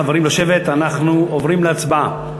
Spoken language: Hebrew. חברים, לשבת, אנחנו עוברים להצבעה.